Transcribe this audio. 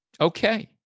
Okay